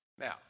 Now